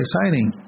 signing